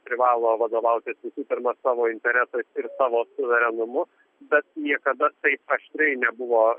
privalo vadovautis pirma savo interesais ir savo suverenumu bet niekada taip aštriai nebuvo